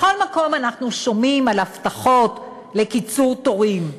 בכל מקום אנחנו שומעים על הבטחות לקיצור תורים,